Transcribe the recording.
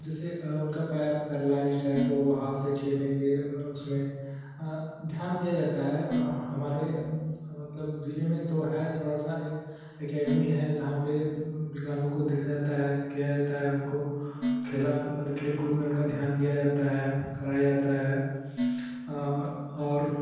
जैसे उनका पैर पैरलाइज्ड है तो वो हाथ से खेलेंगे उसमें ध्यान दिया जाता है हमारे मतलब ज़िले में तो है थोड़ा सा एक एकेडमी है जहाँ पर विकलांगों को देखा जाता है किया जाता है उनको खेला मतलब खेल कूद में उनका ध्यान दिया जाता है कराया जाता है और